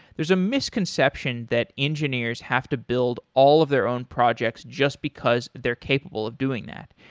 there's a misconception that engineers have to build all of their own projects just because they're capable of doing that.